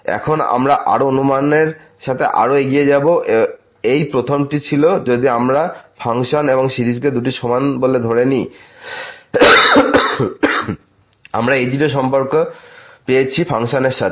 এখন আমরা আরও অনুমানের সাথে আরও এগিয়ে যাব এই প্রথমটি ছিল যদি আমরা ফাংশন এবং সিরিজকে এই দুইটি সমান বলে ধরে নিই আমরা a0 এর সম্পর্ক পেয়েছি ফাংশনের সাথে